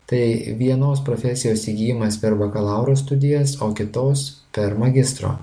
tai vienos profesijos įgijimas per bakalauro studijas o kitos per magistro